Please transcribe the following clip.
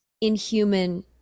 inhuman